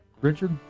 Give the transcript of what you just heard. Richard